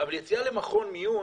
אבל יציאה למכון מיון